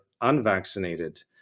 unvaccinated